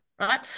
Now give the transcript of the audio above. Right